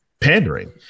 pandering